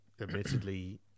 admittedly